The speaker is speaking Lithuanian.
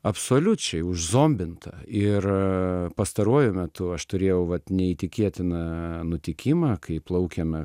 absoliučiai užzombinta ir pastaruoju metu aš turėjau vat neįtikėtiną nutikimą kai plaukėme